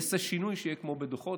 ייעשה שינוי, שזה יהיה כמו בדוחות.